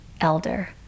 elder